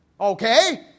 Okay